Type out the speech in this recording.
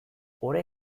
ore